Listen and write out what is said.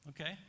okay